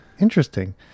Interesting